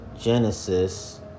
Genesis